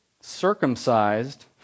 circumcised